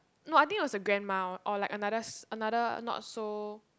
not I think it was a grandma or like another s~ another not so